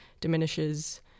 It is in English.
diminishes